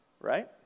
Right